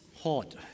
hot